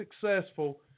successful